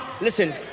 Listen